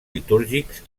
litúrgics